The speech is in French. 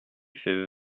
fait